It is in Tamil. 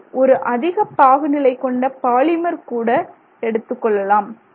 நீங்கள் ஒரு அதிக பாகுநிலை கொண்ட பாலிமர் கூட எடுத்துக்கொள்ளலாம்